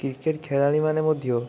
cricket ଖେଳାଳିମାନେ ମଧ୍ୟ